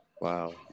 Wow